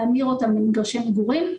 להמיר אותן במגרשי מגורים.